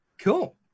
Cool